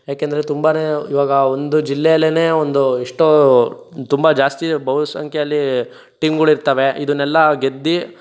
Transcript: ಯಾಕೆಂದರೆ ತುಂಬಾ ಈವಾಗ ಒಂದು ಜಿಲ್ಲೆಯಲ್ಲೆ ಒಂದು ಎಷ್ಟೋ ತುಂಬ ಜಾಸ್ತಿ ಬಹುಸಂಖ್ಯೆಯಲ್ಲಿ ಟೀಮ್ಗಳು ಇರ್ತಾವೆ ಇದನ್ನೆಲ್ಲ ಗೆದ್ದು